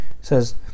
Says